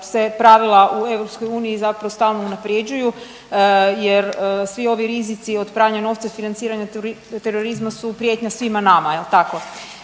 se pravila u EU zapravo stalno unaprjeđuju jer svi ovi rizici od pranja novca i financiranja terorizma su prijetnja svima nama